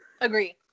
Agree